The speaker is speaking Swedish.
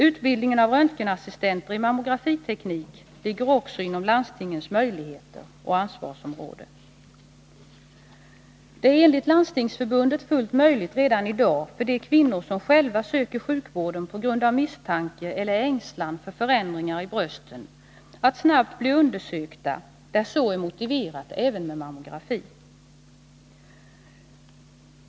Utbildningen av röntgenassistenter i mammografiteknik ligger också inom landstingens möjligheter och ansvarsområde. Det är enligt Landstingsförbundet fullt möjligt redan i dag för de kvinnor som själva söker sjukvården på grund av misstanke eller ängslan för förändringar i brösten att snabbt bli undersökta, där så är motiverat även med mammografi.